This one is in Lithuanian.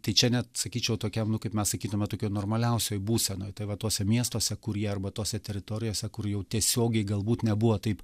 tai čia net sakyčiau tokiam nu kaip mes sakytume tokioj normaliausij būsenoj tai va tuose miestuose kur jie arba tose teritorijose kur jau tiesiogiai galbūt nebuvo taip